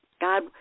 God